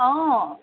অঁ